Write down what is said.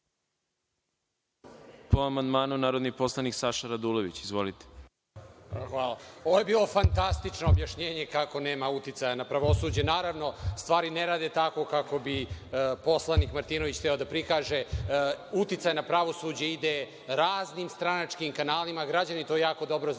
Po amandmanu, narodni poslanik Saša Radulović. **Saša Radulović** Ovo je bilo fantastično objašnjenje kako nema uticaja na pravosuđe. Naravno, stvari ne rade tako kako bi poslanik Martinović hteo da prikaže. Uticaj na pravosuđe ide raznim stranačkim kanalima. Građani to jako dobro znaju,